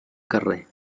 carrer